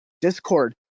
Discord